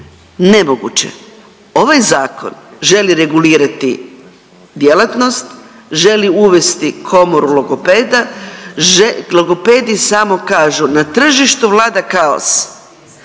nemoguće. Ovaj zakon želi regulirati djelatnost, želi uvesti komoru logopeda, logopedi samo kažu na tržištu vlada kaos,